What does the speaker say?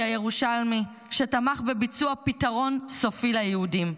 שתמך בביצוע פתרון סופי ליהודים.